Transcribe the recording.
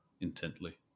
intently